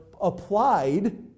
applied